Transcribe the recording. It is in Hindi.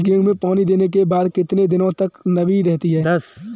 गेहूँ में पानी देने के बाद कितने दिनो तक नमी रहती है?